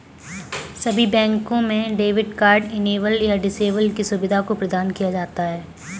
सभी बैंकों में डेबिट कार्ड इनेबल या डिसेबल की सुविधा को प्रदान किया जाता है